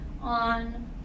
on